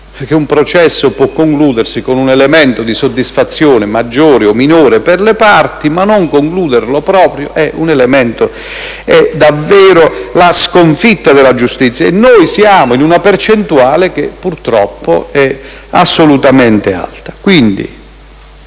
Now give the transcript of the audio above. avere un processo, che può concludersi con un elemento di soddisfazione maggior o minore per le parti: il non concluderlo proprio è davvero la sconfitta della giustizia. Noi siamo in una percentuale che purtroppo è assolutamente alta. Quindi,